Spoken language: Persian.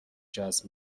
جذب